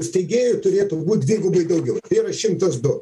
steigėjų turėtų būt dvigubai daugiau tai yra šimtas du